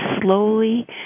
slowly